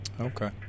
Okay